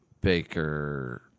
Baker